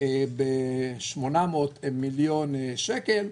ב-800 מיליון שקל.